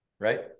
Right